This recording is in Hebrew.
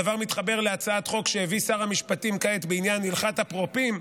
הדבר מתחבר להצעת חוק שהביא שר המשפטים כעת בעניין הלכת אפרופים,